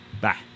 Bye